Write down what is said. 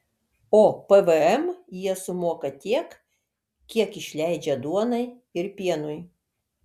o pvm jie sumoka tiek kiek išleidžia duonai ir pienui